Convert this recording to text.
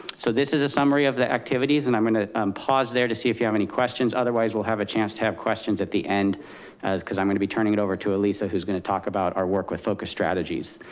so this is a summary of the activities. and i'm gonna um pause there to see if you have any questions. otherwise we'll have a chance to have questions at the end cause i'm going to be turning it over to elissa who's gonna talk about our work with focus strategies.